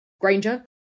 Granger